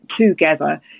together